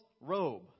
robe